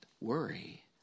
worry